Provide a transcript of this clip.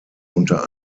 unter